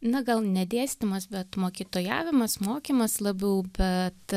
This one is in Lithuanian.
na gal ne dėstymas bet mokytojavimas mokymas labiau bet